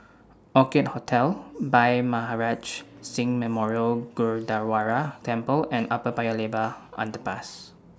Orchid Hotel Bhai Maharaj Singh Memorial Gurdwara Temple and Upper Paya Lebar Underpass